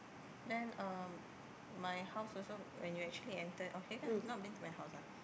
then um my house also when you actually enter oh kirakan you have not been to my house ah